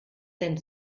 denn